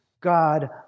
God